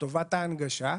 לטובת ההנגשה.